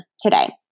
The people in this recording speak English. today